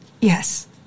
yes